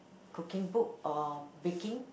cooking book or baking